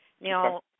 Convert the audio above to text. Now